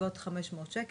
בסביבות 500 שקל.